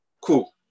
Cool